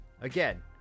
Again